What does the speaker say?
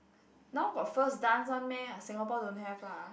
now got first dance one meh uh Singapore don't have lah